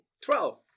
Twelve